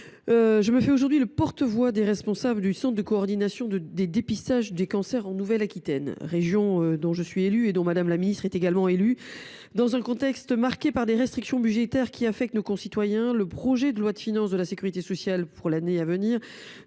Je me fais aujourd’hui le porte voix des responsables du centre régional de coordination des dépistages des cancers de Nouvelle Aquitaine, région dont je suis élue, tout comme Mme Darrieussecq. Dans un contexte marqué par des restrictions budgétaires qui affectent nos concitoyens, le projet de loi de financement de la sécurité sociale pour l’année à venir